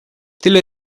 tyle